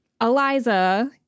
Eliza